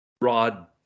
rod